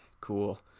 Cool